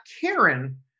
Karen